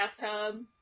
bathtub